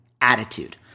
attitude